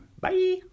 Bye